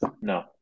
No